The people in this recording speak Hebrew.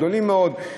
גדולים מאוד.